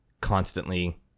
constantly